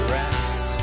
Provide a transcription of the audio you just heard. rest